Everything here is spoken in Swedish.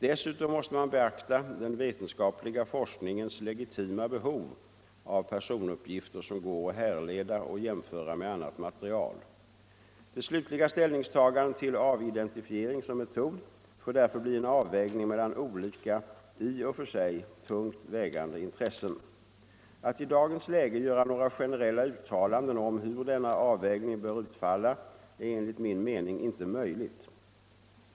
Dessutom måste man beakta den vetenskapliga forskningens legitima behov av personuppgifter som går att härleda och jämföra med annat material. Det slutliga ställningstagandet till avidentifiering som metod får därför bli en avvägning mellan olika i och för sig tungt vägande intressen. Att i dagens läge göra några generella uttalanden om hur denna avvägning bör utfalla är enligt min mening inte möjligt.